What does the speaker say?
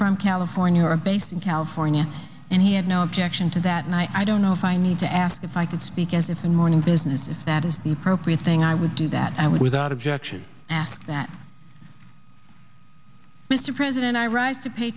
from california or based in california and he had no objection to that and i don't know if i need to ask if i could speak as if in morning business if that is the appropriate thing i would do that i would without objection ask that mr president i rise to pay